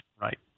right